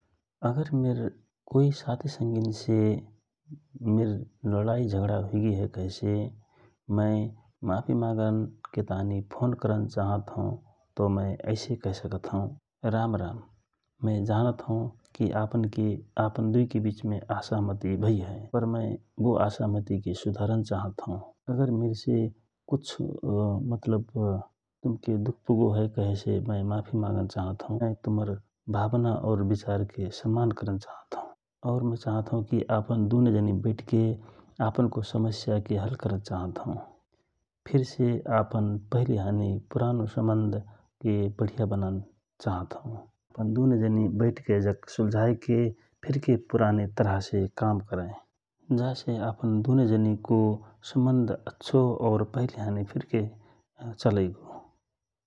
अगर मिर कोइ साथि संगिन से लाडाइ हुइ गइ हए कहेसे मय माफि मागन के ताँहि फोन करन चाँहत हौ । राम राम मय जानत हौ कि अपन अपन दुइ के बिचमे असहमित भइ हए पर मय बो असहमतिके सुधारन चाहत हौ कहेसे अगर मिरसे कुट मतलब तुमके दुख पुगो हए कहेसे मय माफि मागत चाँहत हौ । मय तुमहर भवना और विचारके सम्मान करन चाहत हौ । और मय चाहत हौ कि आपन दुनो जनि बैठके आपनको समस्याके हल करन चाहत हौ फिरसे आपन पहिले हानि पुरानो सम्बन्ध् के बढिया बनान चाहत हौ । आपन दुने जाति बैठके सुल्झाएके फिरके पुराने तरहसे काम करए । जासे आपन दुने जनिको अच्छो और पहिले हानि चलैगो ।